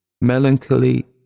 melancholy